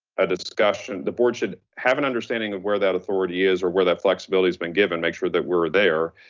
a discussion, the board should have an understanding of where that authority is or where that flexibility has been given, make sure that we're there.